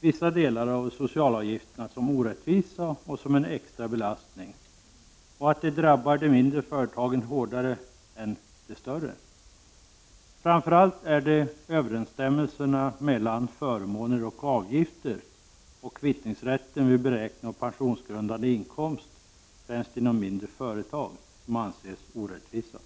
vissa delar av socialavgifterna som orättvisa och som en extra belastning, och de mindre företagen drabbas hårdare än de större. Framför allt är det överensstämmelserna mellan förmåner och avgifter och kvittningsrätten vid beräkning av pensionsgrundande inkomst främst inom mindre företag som anses orättvisa.